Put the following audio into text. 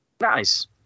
Nice